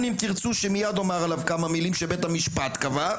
"אם תרצו" שמייד אומר עליו כמה מילים שבית המשפט קבע.